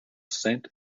cent